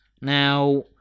Now